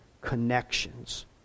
connections